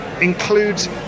includes